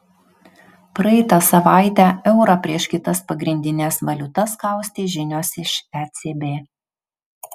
praeitą savaitę eurą prieš kitas pagrindines valiutas kaustė žinios iš ecb